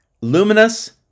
Luminous